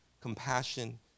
compassion